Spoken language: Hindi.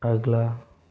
अगला